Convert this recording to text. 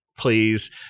Please